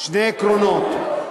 שני עקרונות: